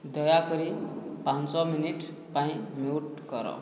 ଦୟାକରି ପାଞ୍ଚ ମିନିଟ୍ ପାଇଁ ମ୍ୟୁଟ୍ କର